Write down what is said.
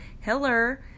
Hiller